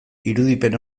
irudipen